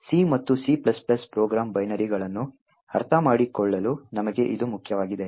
C ಮತ್ತು C program ಬೈನರಿಗಳನ್ನು ಅರ್ಥಮಾಡಿಕೊಳ್ಳಲು ನಮಗೆ ಇದು ಮುಖ್ಯವಾಗಿದೆ